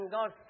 God